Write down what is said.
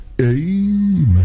amen